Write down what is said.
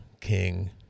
king